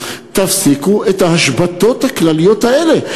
תפסיקו את ההשבתות הכלליות האלה.